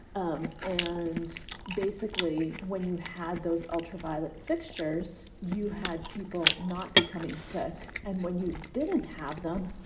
um and basically, when you had those ultraviolet fixtures, you had people not becoming sick. and when you didn't have them,